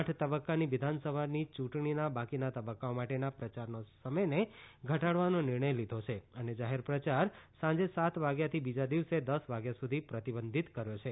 આઠ તબક્કાની વિધાનસભા યૂંટણીના બાકીના તબક્કાઓ માટેના પ્રચાર સમયને ઘટાડવાનો નિર્ણય લીધો હતો અને જાહેર પ્રયાર સાંજે સાત વાગ્યાથી બીજા દિવસે દસ વાગ્યા સુધી પ્રતિબંધિત કર્યો છે